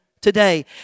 today